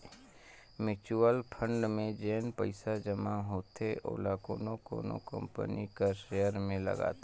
mutual fund में जेन पइसा जमा होथे ओला कोनो कोनो कंपनी कर सेयर में लगाथे